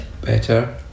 Better